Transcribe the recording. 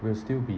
we'll still be